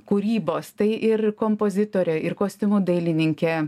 kūrybos tai ir kompozitorė ir kostiumų dailininkė